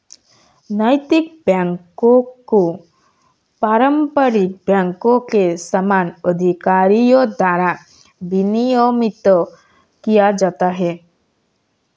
नैतिक बैकों को पारंपरिक बैंकों के समान अधिकारियों द्वारा विनियमित किया जाता है